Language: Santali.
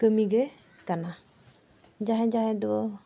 ᱠᱟᱹᱢᱤᱜᱮ ᱠᱟᱱᱟ ᱡᱟᱦᱟᱸᱭ ᱡᱟᱦᱟᱸᱭ ᱫᱚ